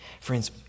Friends